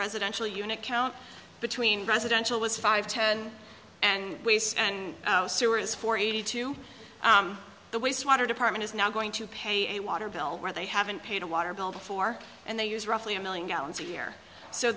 residential unit count between residential was five ten and waste and sewer is for eighty two the wastewater department is now going to pay a water bill where they haven't paid a water bill before and they use roughly a million gallons a